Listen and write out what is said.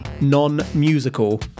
non-musical